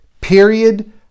period